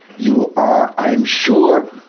you are, i am sure,